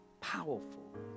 powerful